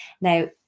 Now